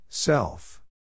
Self